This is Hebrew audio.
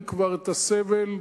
הם כבר, את הסבל,